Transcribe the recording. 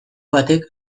batek